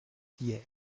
hier